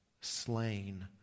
slain